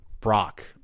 Brock